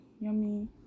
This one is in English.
yummy